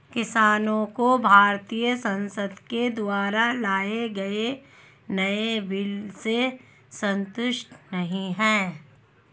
किसानों को भारतीय संसद के द्वारा लाए गए नए बिल से संतुष्टि नहीं है